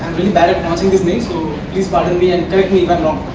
bad at pronouncing these names, so please pardon me and correct me if i'm wrong